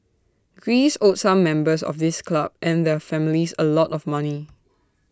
Greece owed some members of this club and their families A lot of money